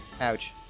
Ouch